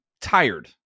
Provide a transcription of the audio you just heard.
tired